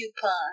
coupon